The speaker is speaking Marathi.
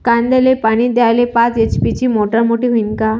कांद्याले पानी द्याले पाच एच.पी ची मोटार मोटी व्हईन का?